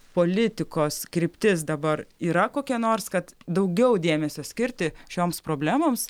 politikos kryptis dabar yra kokia nors kad daugiau dėmesio skirti šioms problemoms